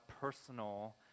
personal